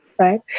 Right